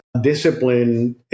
discipline